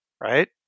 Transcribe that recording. right